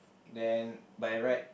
then by right